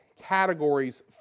categories